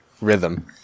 rhythm